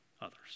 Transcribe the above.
others